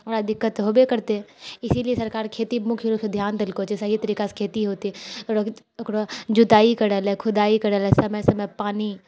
दिक्कत होबै करते इसिलिए सरकार खेती पर मुख्य रूपसँ ध्यान देलको छै सही तरिकासँ खेती होतै लोक ओकरा जुताइ करै लए खुदाइ करै लए समय समय पर पानि